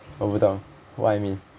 我不懂 what I mean